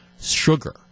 sugar